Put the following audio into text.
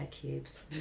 Cubes